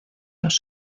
los